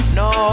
no